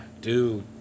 Dude